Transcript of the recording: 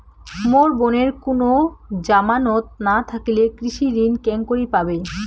মোর বোনের কুনো জামানত না থাকিলে কৃষি ঋণ কেঙকরি পাবে?